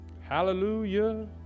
Hallelujah